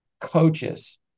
coaches